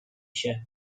się